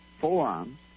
forum